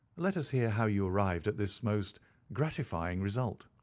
let us hear how you arrived at this most gratifying result.